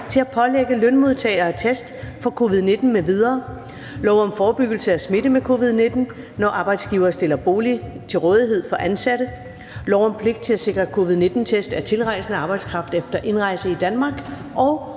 til at pålægge lønmodtagere test for covid-19 m.v., lov om forebyggelse af smitte med covid-19, når arbejdsgivere stiller bolig til rådighed for ansatte, lov om pligt til at sikre covid-19-test af tilrejsende arbejdskraft efter indrejse i Danmark og